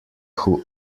who